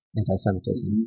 anti-Semitism